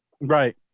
right